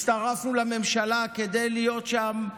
הצטרפנו לממשלה כדי להיות שם,